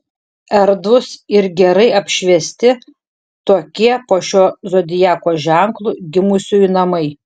erdvūs ir gerai apšviesti tokie po šiuo zodiako ženklu gimusiųjų namai